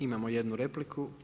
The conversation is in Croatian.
Imamo jednu repliku.